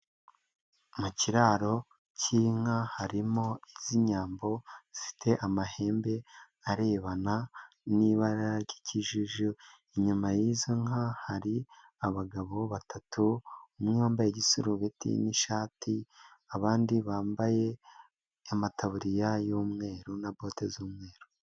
Mu kiraro cy'inka harimo iz'inyambo zifite amahembe arebana n'ibara ryikijuju, inyuma y'izo nka hari abagabo batatu umwe wambaye igisurubeti n'ishati abandi bambaye amataburiya y'umweru na bote z'umweru.